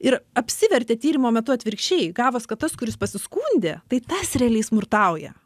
ir apsivertė tyrimo metu atvirkščiai gavos kad tas kuris pasiskundė tai tas realiai smurtauja